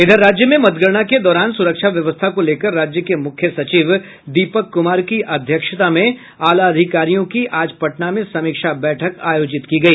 इधर राज्य में मतगणना के दौरान सुरक्षा व्यवस्था को लेकर राज्य के मुख्य सचिव दीपक कुमार की अध्यक्षता में आला अधिकारियों की आज पटना में समीक्षा बैठक आयोजित की गई